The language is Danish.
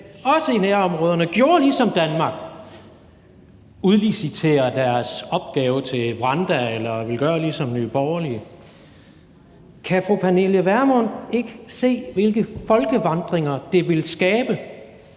også i nærområderne gjorde ligesom Danmark, altså udliciterede deres opgave til Rwanda, eller ville gøre ligesom Nye Borgerlige, kan fru Pernille Vermund så ikke se, hvilke folkevandringer det ville skabe,